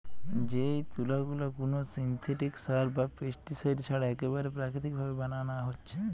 যেই তুলা গুলা কুনো সিনথেটিক সার বা পেস্টিসাইড ছাড়া একেবারে প্রাকৃতিক ভাবে বানানা হচ্ছে